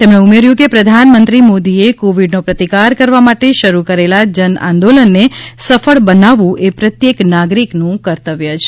તેમણે ઉમેર્થ્ય કે પ્રધાનમંત્રી મોદીએ કોવિડનો પ્રતિકાર કરવા માટે શરૂ કરેલા જનઆંદોલન ને સફળ બનાવવું એ પ્રત્યેક નાગરિકનું કર્તવ્ય છે